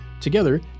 together